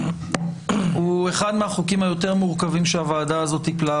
הוא אחד מהחוקים היותר מורכבים שהוועדה הזאת טיפלה